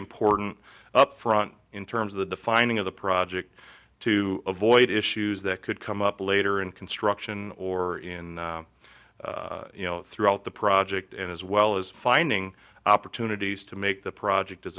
important up front in terms of the defining of the project to avoid issues that could come up later in construction or in you know throughout the project and as well as finding opportunities to make the project